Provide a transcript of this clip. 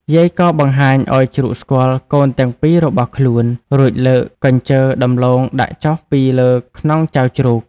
យាយក៏បង្ហាញឱ្យជ្រូកស្គាល់កូនទាំងពីររបស់ខ្លួន រួចលើកកញ្ជើរដំឡូងដាក់ចុះពីលើខ្នងចៅជ្រូក